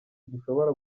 dushobora